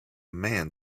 man